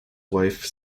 wife